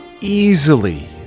easily